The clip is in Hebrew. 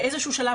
באיזשהו שלב,